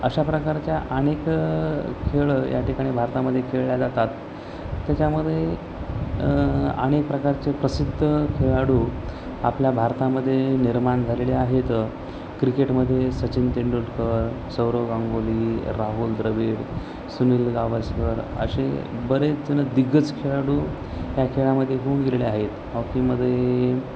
अशा प्रकारच्या अनेकं खेळ या ठिकाणी भारतामध्ये खेळल्या जातात त्याच्यामध्ये अनेक प्रकारचे प्रसिद्ध खेळाडू आपल्या भारतामध्ये निर्माण झालेले आहेत क्रिकेटमध्ये सचिन तेंडुलकर सौरव गांगुली राहुल द्रवीड सुनील गावस्कर असे बरेचजणं दिग्गज खेळाडू या खेळामध्ये होऊन गेलेले आहेत हॉकीमध्ये